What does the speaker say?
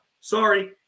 Sorry